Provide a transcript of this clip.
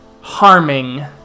harming